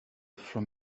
from